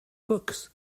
books